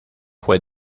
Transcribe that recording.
fue